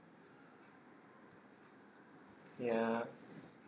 ya